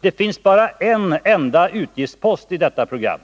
Det finns bara en enda utgiftspost i detta program,